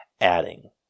adding